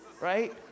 right